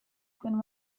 than